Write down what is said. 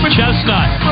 Chestnut